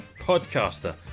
podcaster